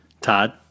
Todd